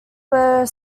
were